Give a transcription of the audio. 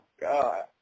God